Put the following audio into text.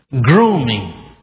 grooming